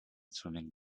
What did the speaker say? swimming